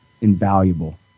invaluable